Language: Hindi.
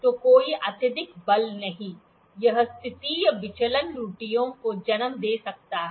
तो कोई अत्यधिक बल नहीं यह स्थितीय विचलन त्रुटियों को जन्म दे सकता है